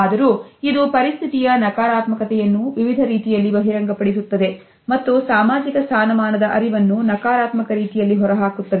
ಆದರೂ ಇದು ಪರಿಸ್ಥಿತಿಯ ನಕಾರಾತ್ಮಕತೆಯನ್ನು ವಿವಿಧ ರೀತಿಯಲ್ಲಿ ಬಹಿರಂಗಪಡಿಸುತ್ತದೆ ಮತ್ತು ಸಾಮಾಜಿಕ ಸ್ಥಾನಮಾನದ ಅರಿವನ್ನು ನಕಾರಾತ್ಮಕ ರೀತಿಯಲ್ಲಿ ಹೊರಹಾಕುತ್ತದೆ